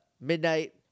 midnight